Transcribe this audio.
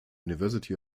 university